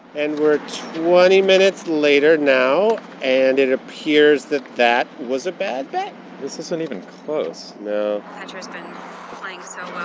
and we're twenty minutes later now, and it appears that that was a bad bet this isn't even close no petra's been playing so well